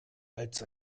als